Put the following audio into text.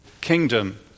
kingdom